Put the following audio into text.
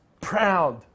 Proud